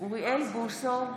אוריאל בוסו,